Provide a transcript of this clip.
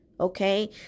okay